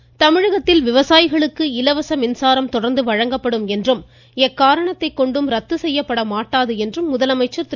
பழனிச்சாமி தமிழகத்தில் விவசாயிகளுக்கு இலவச மின்சாரம் தொடா்ந்து வழங்கப்படும் என்றும் எக்காரணத்தை கொண்டும் ரத்து செய்யப்பட மாட்டாது என்றும் முதலமைச்சா் திரு